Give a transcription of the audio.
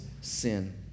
sin